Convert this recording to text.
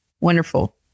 Wonderful